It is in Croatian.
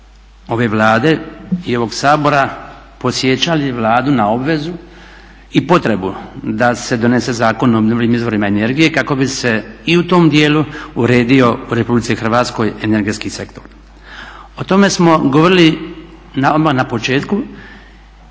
ove Vlade i ovog Sabora podsjećali Vladu na obvezu i potrebu da se donose Zakon o obnovljivim izvorima energije kako bi se i u tom djelu uredio u RH energetski sektor. O tome smo govorili odmah na početku